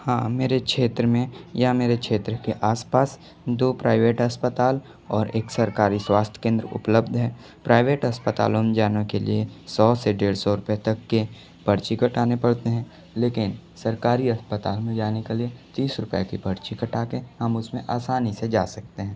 हाँ मेरे क्षेत्र में या मेरे क्षेत्र के आस पास दो प्राइवेट अस्पताल और एक सरकारी स्वास्थ्य केंद्र उपलब्ध हैं प्राइवेट अस्पतालों में जाने के लिए सौ से डेढ़ रुपये तक के पर्ची कटाने पड़ते हैं लेकिन सरकारी अस्पताल में जाने के लिए तीस रुपये की पर्ची कटा के हम उस में आसानी से जा सकते हैं